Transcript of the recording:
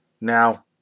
Now